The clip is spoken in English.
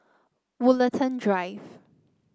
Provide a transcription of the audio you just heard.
Woollerton Drive